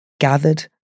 gathered